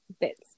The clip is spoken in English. bits